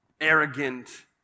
arrogant